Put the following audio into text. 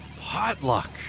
Potluck